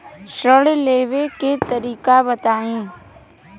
ऋण लेवे के तरीका बताई?